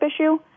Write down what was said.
issue